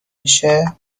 میشه